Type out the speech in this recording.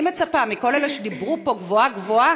אני מצפה מכל אלה שדיברו פה גבוהה-גבוהה,